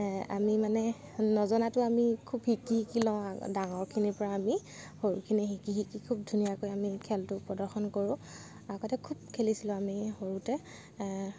আমি মানে নজনাতো আমি খুব শিকি শিকি লওঁ আগতে ডাঙৰখিনিৰ পৰা আমি সৰুখিনিয়ে শিকি শিকি খুব ধুনীয়াকৈ আমি খেলটো প্ৰদৰ্শন কৰোঁ আগতে খুব খেলিছিলোঁ আমি সৰুতে